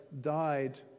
died